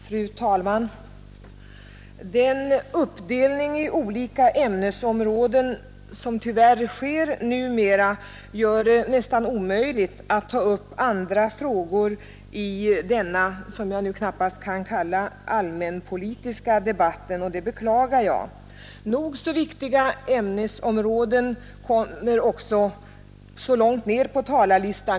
Fru talman! Den uppdelning i olika ämnesområden som tyvärr numera sker gör det nästan omöjligt att ta upp andra frågor i denna som jag knappast kan kalla allmänpolitiska debatt än dem som rubriken anger. Jag beklagar detta.